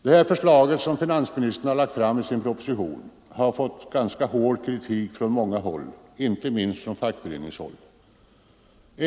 Det förslag som finansministern nu lagt fram i sin proposition har fått ganska hård kritik från många håll, inte minst från fackföreningshåll.